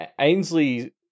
Ainsley